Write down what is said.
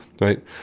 Right